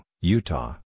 Utah